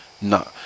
No